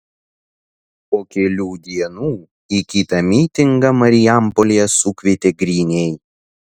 po kelių dienų į kitą mitingą marijampolėje sukvietė griniai